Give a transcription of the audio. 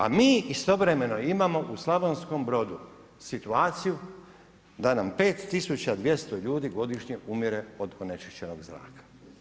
A mi istovremeno imamo u Slavonskom Brodu situaciju da nam 5200 ljudi godišnje umire od onečišćenog zraka.